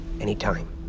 Anytime